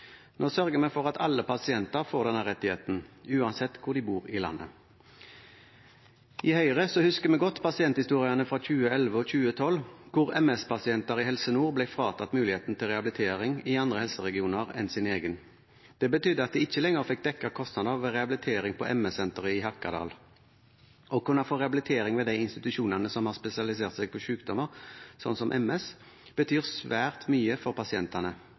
Nå sørger vi for at alle pasienter får denne rettigheten, uansett hvor de bor i landet. I Høyre husker vi godt pasienthistoriene fra 2011 og 2012, da MS-pasienter i Helse Nord ble fratatt muligheten til rehabilitering i andre helseregioner enn sin egen. Det betydde at de ikke lenger fikk dekket kostnader ved rehabilitering på MS-Senteret i Hakadal. Å kunne få rehabilitering ved de institusjonene som har spesialisert seg på sykdommer som MS, betyr svært mye for pasientene,